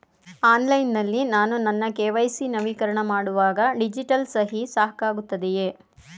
Online ನಲ್ಲಿ ನಾನು ನನ್ನ ಕೆ.ವೈ.ಸಿ ನವೀಕರಣ ಮಾಡುವಾಗ ಡಿಜಿಟಲ್ ಸಹಿ ಸಾಕಾಗುತ್ತದೆಯೇ?